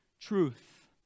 truth